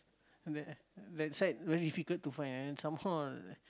web website very difficult to find and some more